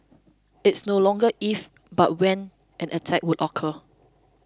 it's no longer if but when an attack would occur